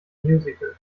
musical